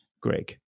Greg